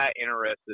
interested